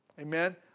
Amen